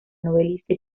novelista